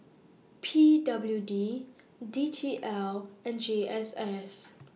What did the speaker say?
P W D D T L and G S S